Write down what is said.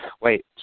wait